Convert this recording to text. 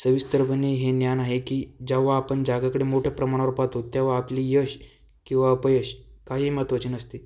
सविस्तरपणे हे ज्ञान आहे की जेव्हा आपण जगाकडं मोठ्या प्रमाणावर पाहतो तेव्हा आपली यश किंवा अपयश काही महत्त्वाचे नसते